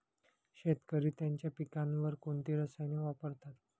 शेतकरी त्यांच्या पिकांवर कोणती रसायने वापरतात?